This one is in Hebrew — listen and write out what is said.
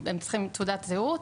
הם צריכים תעודת זהות,